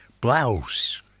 Blouse